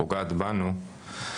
פוגעת בנו.